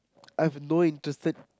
I've no interested